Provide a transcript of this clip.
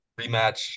rematch